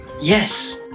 Yes